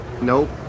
nope